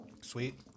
Sweet